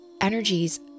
energies